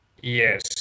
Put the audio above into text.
Yes